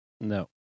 No